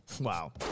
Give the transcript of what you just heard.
Wow